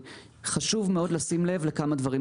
חשוב מאוד לשים לב לכמה דברים.